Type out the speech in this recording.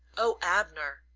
oh, abner!